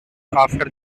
after